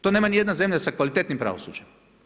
To nema ni jedna zemlja sa kvalitetnim pravosuđem.